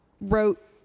wrote